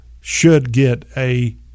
should-get-a-